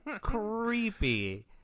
creepy